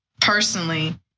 personally